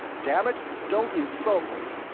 dammit, don't insult me!